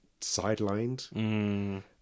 sidelined